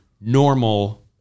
normal